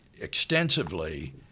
extensively